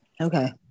Okay